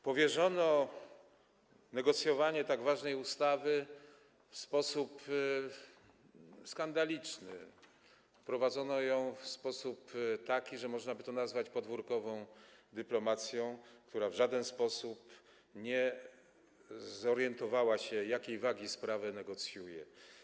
Powierzono negocjowanie tak ważnej ustawy w sposób skandaliczny, wprowadzono ją w sposób taki, że można by to nazwać podwórkową dyplomacją, która w żaden sposób nie zorientowała się, jakiej wagi sprawę negocjuje.